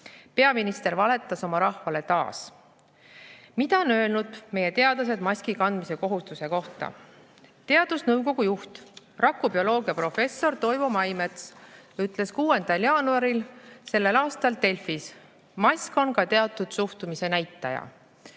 Peaminister valetas oma rahvale taas. Mida on öelnud meie teadlased maskikandmise kohustuse kohta? Teadusnõukoja juht, rakubioloogiaprofessor Toivo Maimets ütles 6. jaanuaril sellel aastal Delfis: "Mask on ka teatud suhtumise näitaja."